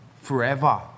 forever